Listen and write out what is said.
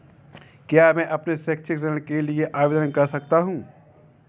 क्या मैं अपने शैक्षिक ऋण के लिए आवेदन कर सकता हूँ?